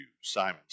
Simon